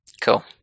Cool